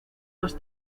más